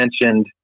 mentioned